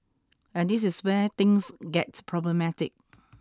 and this is where things get problematic